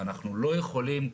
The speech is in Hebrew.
כארגון אנחנו לא יכולים,